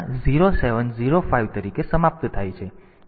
તેથી એટલે કે આ સૂચના 0 7 0 5 તરીકે સમાપ્ત થાય છે